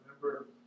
remember